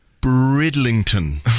Bridlington